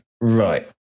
Right